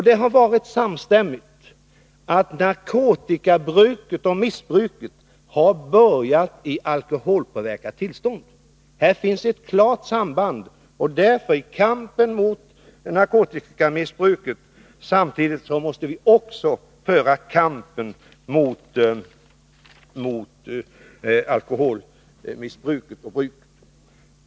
Det har rått samstämmighet om uppfattningen att bruket och missbruket av narkotika har börjat när vederbörande befunnit sig i ett alkoholpåverkat tillstånd. Här finns det ett klart samband. Därför måste vi samtidigt som vi bekämpar narkotikamissbruket också föra kampen mot bruket och missbruket av alkohol.